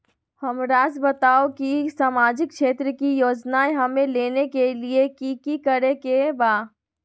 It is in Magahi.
हमराज़ बताओ कि सामाजिक क्षेत्र की योजनाएं हमें लेने के लिए कि कि करे के बा?